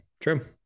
true